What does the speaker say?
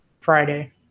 friday